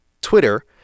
Twitter